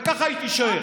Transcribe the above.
וככה היא תישאר.